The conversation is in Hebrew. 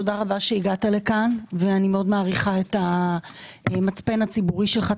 תודה רבה שהגעת לכאן ואני מאוד מעריכה את המצפן הציבורי שלך,